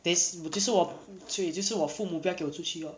得不是我就也就是我父母别给我最需要